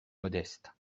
modestes